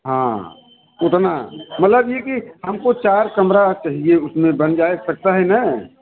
हाँ उतना मतलब ये है कि हम को चार कमरा चाहिए उस में बन जाए सकता हैं ना